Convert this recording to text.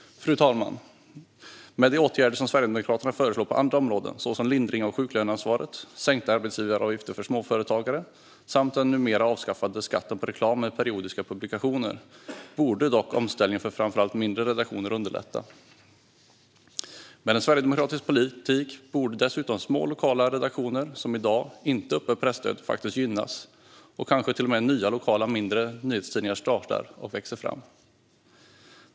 Fru talman! Med de åtgärder som Sverigedemokraterna föreslår på andra områden, såsom lindring av sjuklöneansvaret och sänkta arbetsgivaravgifter för småföretagare, samt den numera avskaffade skatten på reklam i periodiska publikationer borde dock omställningen för framför allt mindre redaktioner underlättas. Med en sverigedemokratisk politik borde dessutom små lokala redaktioner som i dag inte uppbär presstöd gynnas, och kanske kommer till och med nya lokala mindre nyhetstidningar att starta och växa fram.